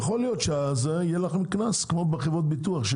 יכול להיות שיהיה לכן קנס; כמו בחברות הביטוח,